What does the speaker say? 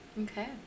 Okay